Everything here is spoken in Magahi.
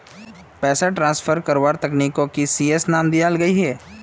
पैसाक ट्रान्सफर कारवार तकनीकोक ई.सी.एस नाम दियाल गहिये